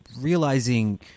realizing